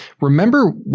remember